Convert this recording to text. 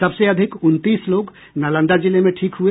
सबसे अधिक उनतीस लोग नालंदा जिले में ठीक हुए